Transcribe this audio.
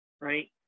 right